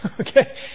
Okay